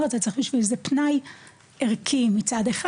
הזה צריך בשביל זה פנאי ערכי מצד אחד,